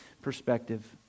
perspective